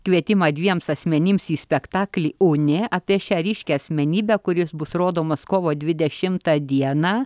kvietimą dviems asmenims į spektaklį unė apie šią ryškią asmenybę kuris bus rodomas kovo dvidešimą dieną